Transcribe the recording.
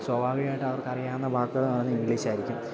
സ്വാഭാവികമായിട്ട് അവർക്ക് അറിയാവുന്ന വാക്കുകളെന്നു പറഞ്ഞാല് ഇംഗ്ലീഷായിരിക്കും